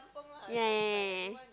ya ya ya ya